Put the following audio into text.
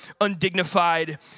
undignified